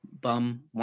bum